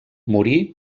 morí